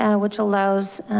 ah which allows